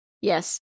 Yes